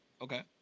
Okay